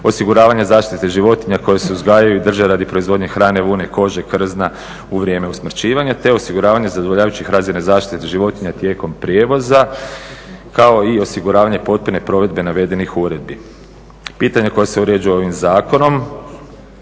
osiguravanja zaštite životinja koje se uzgajaju i drže radi proizvodnje hrane, vune, kože, krzna u vrijeme usmrćivanja te osiguravanja zadovoljavajućih razina zaštite životinja tijekom prijevoza kao i osiguravanje potpune provedbe navedenih uredbi. Pitanja koja se uređuju ovim zakonom,